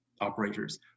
operators